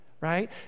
right